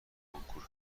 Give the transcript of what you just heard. کنکور